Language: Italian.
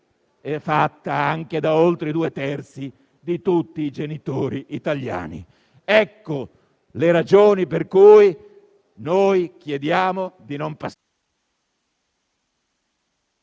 fatta anche da oltre i due terzi di tutti i genitori italiani. Ecco le ragioni per cui chiediamo di non passare